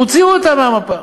הוציאו אותה מהמפה.